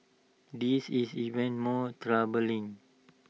this is even more troubling